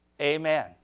Amen